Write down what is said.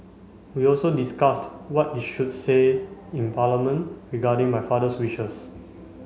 we also discussed what is should say in Parliament regarding my father's wishes